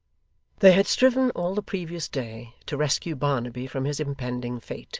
they had striven, all the previous day, to rescue barnaby from his impending fate.